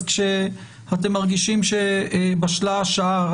אז כשאתם מרגישים שבשלה השעה,